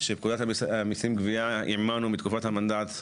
שפקודת המיסים (גבייה), אמרנו, היא מתקופת המנדט,